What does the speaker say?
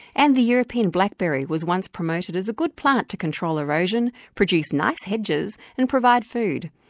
and the european blackberry was once promoted as a good plant to control erosion, produce nice hedges and provide food,